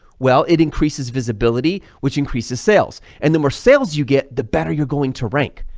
well it increases visibility which increases sales and the more sales you get, the better you're going to rank.